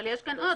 אבל יש כאן עוד,